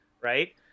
right